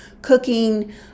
cooking